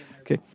okay